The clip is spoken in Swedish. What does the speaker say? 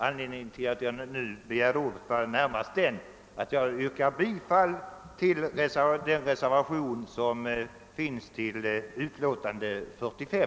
Anledningen till att jag nu begärt ordet är närmast att jag vill yrka bifall till den reservation som finns fogad